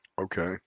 Okay